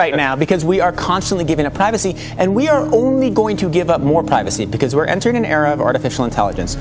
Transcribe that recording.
right now because we are constantly given a privacy and we are only going to give up more privacy because we're entering an era of artificial intelligence